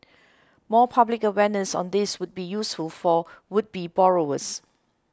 more public awareness on this would be useful for would be borrowers